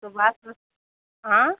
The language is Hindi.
सुबास आँ